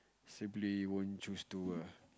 simply won't choose to ah